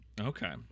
Okay